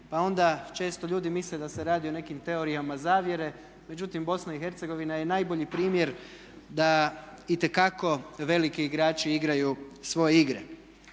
Pa onda često ljudi misle da se radi o nekim teorijama zavjere, međutim BiH je najbolji primjer da itekako veliki igrači igraju svoje igre.